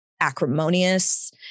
acrimonious